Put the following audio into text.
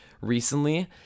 recently